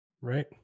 right